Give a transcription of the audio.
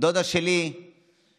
דודה שלי מצרפת